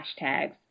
hashtags